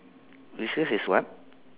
whiskers is what